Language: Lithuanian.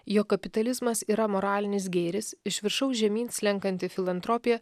jog kapitalizmas yra moralinis gėris iš viršaus žemyn slenkanti filantropija